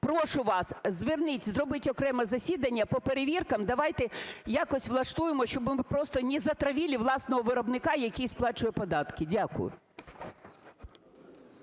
Прошу вас, зверніться, зробіть окреме засідання по перевіркам, давайте якось влаштуємо, щоби просто не затравили власного виробника, який сплачує податки. Дякую.